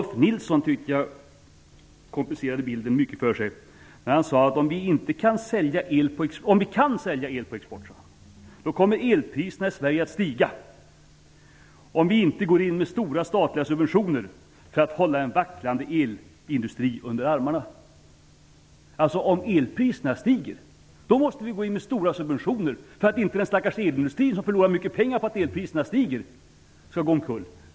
Jag tyckte att Rolf L Nilson komplicerade bilden mycket för sig. Han sade: Om vi kan sälja el på export kommer elpriserna i Sverige att stiga såvida vi inte går in med stora statliga subventioner för att hålla en vacklande elindustri under armarna. Om elpriserna stiger måste vi alltså gå in med stora subventioner för att inte den stackars elindustrin, som förlorar mycket pengar på att elpriserna stiger, skall gå omkull!